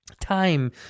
Time